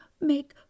make